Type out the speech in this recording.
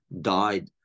died